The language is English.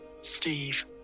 Steve